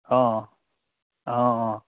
অঁ অঁ অঁ